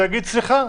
ויגיד: סליחה,